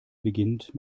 beginnt